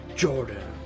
Jordan